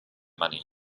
money